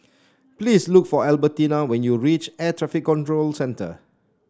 please look for Albertina when you reach Air Traffic Control Centre